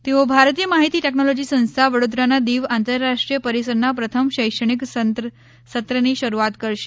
તેઓ ભારતીય માહિતી ટેકનોલોજી સંસ્થા વડોદરાના દીવ આંતરરાષ્ટ્રીય પરિસરના પ્રથમ શૈક્ષણિક સત્રની શરૂઆત કરશે